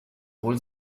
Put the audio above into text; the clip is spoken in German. hol